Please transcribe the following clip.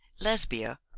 Lesbia